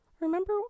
Remember